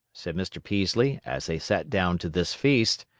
said mr. peaslee, as they sat down to this feast,